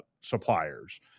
suppliers